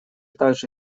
также